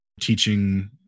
teaching